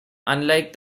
unlike